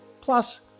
plus